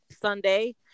Sunday